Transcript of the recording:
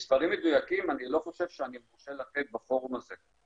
מספרים מדויקים אני לא חושב שאני מורשה לתת בפורום הזה,